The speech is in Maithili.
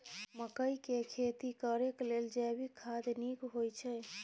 मकई के खेती करेक लेल जैविक खाद नीक होयछै?